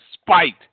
spite